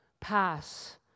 pass